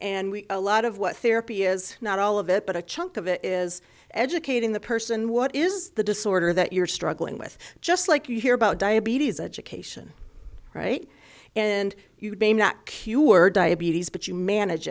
are a lot of what therapy is not all of it but a chunk of it is educating the person what is the disorder that you're struggling with just like you hear about diabetes education right and you may not cured diabetes but you manage